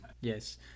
yes